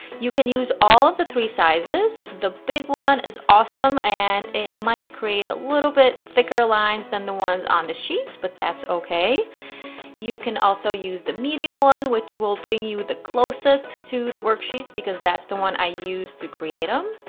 you can use all of the three sizes. the big one is awesome and might create a little bit thicker lines than the ones on the sheets but that's okay you can also use the medium one which will bring you the closest to the worksheets because that's the one i use to create them.